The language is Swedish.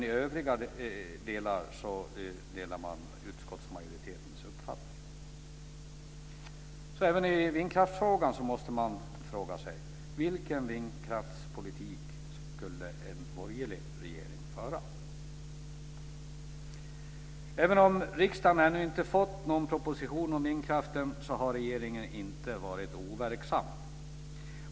I övrigt delar man utskottsmajoritetens uppfattning. Även i vindkraftsfrågan måste man fråga sig: Vilken vindkraftspolitik skulle en borgerlig regering föra? Även om riksdagen ännu inte fått någon proposition om vindkraften så har regeringen inte varit overksam.